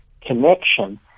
connection